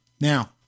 Now